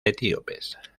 etíopes